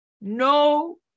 no